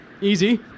easy